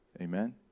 Amen